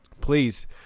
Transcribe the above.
please